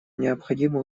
необходимо